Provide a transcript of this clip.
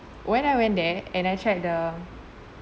when I went there and I checked the